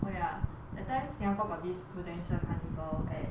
oh ya that time singapore got this prudential carnival at